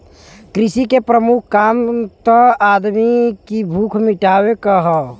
कृषि के प्रमुख काम त आदमी की भूख मिटावे क हौ